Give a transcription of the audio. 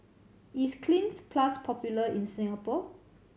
is Cleanz Plus popular in Singapore